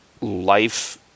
Life